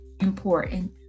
important